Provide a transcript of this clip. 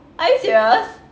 are you serious